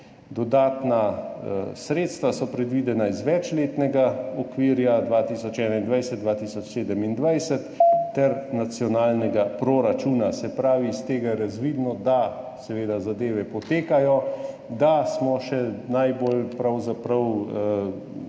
Dodatna sredstva so predvidena iz večletnega okvirja 2021–2027 ter nacionalnega proračuna. Se pravi, iz tega je razvidno, da seveda zadeve potekajo, da nas zdaj pravzaprav